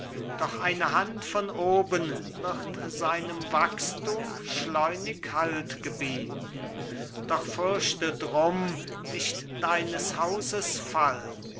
doch eine hand von oben wird seinem wachstum schleunig halt gebieten doch fürchte drum nicht deines hauses fall